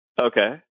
Okay